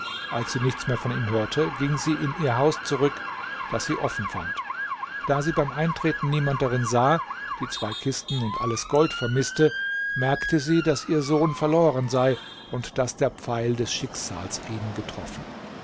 als sie nichts mehr von ihm hörte ging sie in ihr haus zurück das sie offen fand da sie beim eintreten niemand darin sah die zwei kisten und alles gold vermißte merkte sie daß ihr sohn verloren sei und daß der pfeil des schicksals ihn getroffen